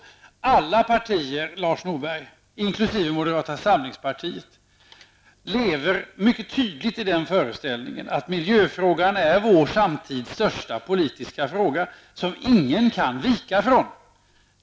Alla partier, inkl. moderata samlingspartiet, lever mycket tydligt i den föreställningen att miljöfrågan är vår samtids största politiska fråga, som ingen kan vika från.